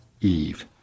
Eve